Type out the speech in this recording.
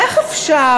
איך אפשר?